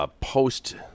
post